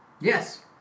yes